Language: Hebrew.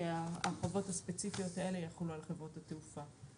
ההרחבות הספציפיות האלה יחולו על חברות התעופה.